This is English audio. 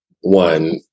one